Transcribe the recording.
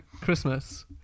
christmas